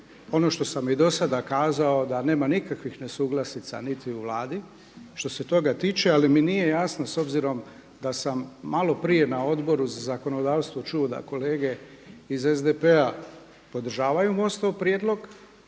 ono što sam i do sada kazao da nema nikakvih nesuglasica niti u Vladi, što se toga tiče. Ali mi nije jasno s obzirom da sam malo prije na Odboru za zakonodavstvo čuo da kolege iz SDP-a podržavaju MOST-ov prijedlog,